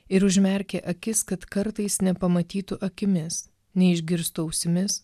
ir užmerkė akis kad kartais nepamatytų akimis neišgirstų ausimis